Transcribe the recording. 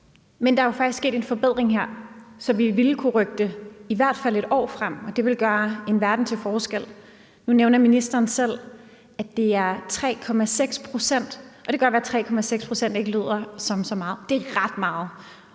Men der er jo faktisk sket en forbedring her, så vi ville kunne rykke det i hvert fald et år frem, og det ville gøre en verden til forskel. Nu nævner ministeren selv, at det er 3,6 pct., og det kan godt være, at 3,6 pct. ikke lyder som så meget. Det er ret meget,